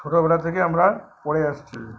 ছোটোবেলা থেকে আমরা পড়ে আসছি